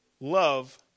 Love